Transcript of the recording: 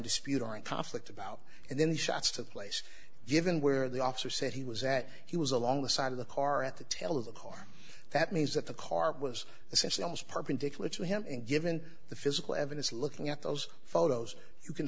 dispute are in conflict about and then shots to the place given where the officer said he was that he was along the side of the car at the tail of the car that means that the car was essentially almost perpendicular to him and given the physical evidence looking at those photos you can